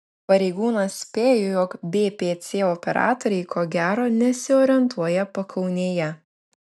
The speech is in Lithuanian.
pareigūnas spėjo jog bpc operatoriai ko gero nesiorientuoja pakaunėje